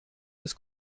des